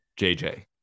JJ